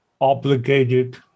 obligated